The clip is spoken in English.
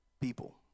people